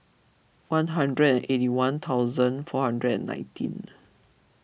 one hundred and eighty one thousand four hundred and nineteen